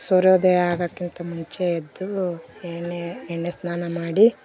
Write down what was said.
ಸೂರ್ಯೋದಯ ಆಗೋಕ್ಕಿಂತ ಮುಂಚೆ ಎದ್ದು ಎಣ್ಣೆ ಎಣ್ಣೆ ಸ್ನಾನ ಮಾಡಿ